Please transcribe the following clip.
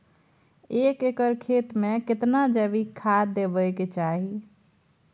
एक एकर खेत मे केतना जैविक खाद देबै के चाही?